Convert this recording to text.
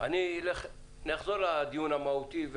נחזור לדיון המהותי.